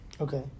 Okay